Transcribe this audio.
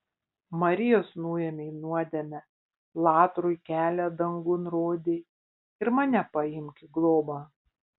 marijos nuėmei nuodėmę latrui kelią dangun rodei ir mane paimk į globą